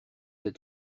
être